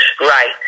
Right